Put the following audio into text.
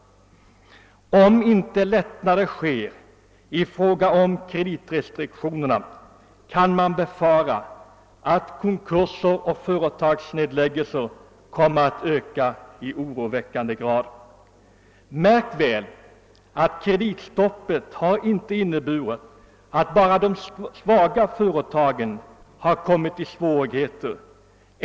Om inte lättnader sker i fråga om kreditrestriktionerna, kan man befara att konkurser och företagsnedläggningar kommer att öka i oroväckande grad. Märk väl att kreditstoppet inte har inneburit att enbart de svaga företagen kommit i svårigheter.